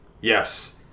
Yes